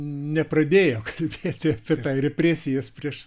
nepradėjo kalbėti apie tą represijas prieš